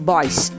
Boys